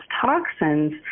toxins